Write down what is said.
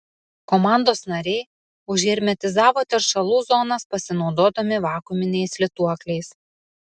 komandos nariai užhermetizavo teršalų zonas pasinaudodami vakuuminiais lituokliais